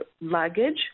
luggage